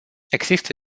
există